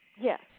Yes